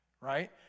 right